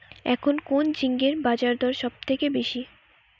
এখন কোন ঝিঙ্গের বাজারদর সবথেকে বেশি?